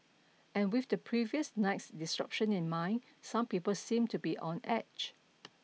and with the previous night's disruption in mind some people seemed to be on edge